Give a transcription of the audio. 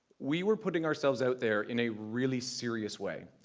we were putting ourselves out there in a really serious way.